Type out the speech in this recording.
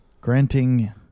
Granting